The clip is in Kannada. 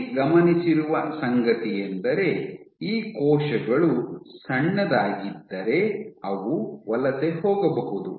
ಇಲ್ಲಿ ಗಮನಿಸಿರುವ ಸಂಗತಿಯೆಂದರೆ ಈ ಕೋಶಗಳು ಸಣ್ಣದಾಗಿದ್ದರೆ ಅವು ವಲಸೆ ಹೋಗಬಹುದು